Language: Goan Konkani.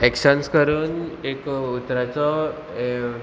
एक्शन्स करून एक उतराचो